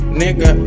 nigga